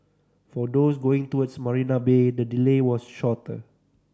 for those going towards Marina Bay the delay was shorter